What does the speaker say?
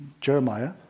Jeremiah